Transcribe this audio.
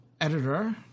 editor